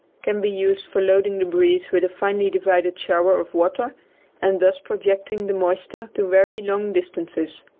can be used for loading the breeze with a finely divided shower of water and thus projecting the moisture to very long distances.